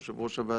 יושב-ראש הוועדה.